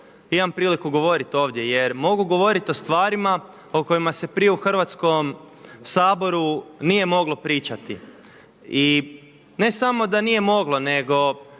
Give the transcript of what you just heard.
imam priliku govoriti ovdje, jer mogu govorit o stvarima o kojima se prije u Hrvatskom saboru nije moglo pričati. I ne samo da nije moglo, nego